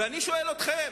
ואני שואל אתכם,